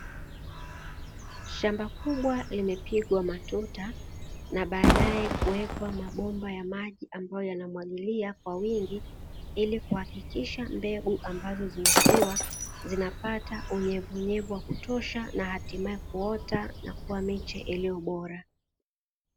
Shamba kubwa limepigwa matuta na baadae kuwekwa mabomba ya maji ambayo yanamwagilia kwa wingi, ili kuhakikisha mbegu ambazo zimesiwa zinapata unyevu unyevu wa kutosha na baadae kutoa miche iliyo bora.